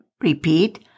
Repeat